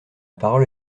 parole